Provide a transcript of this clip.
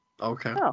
Okay